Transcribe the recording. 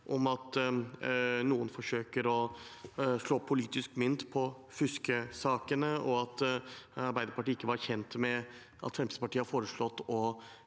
om at noen forsøker å slå politisk mynt på fuskesakene, og at Arbeiderpartiet ikke var kjent med at Fremskrittspartiet har foreslått